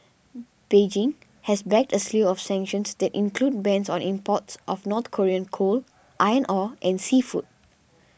Beijing has backed a slew of sanctions that include bans on imports of North Korean coal iron ore and seafood